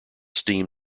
steam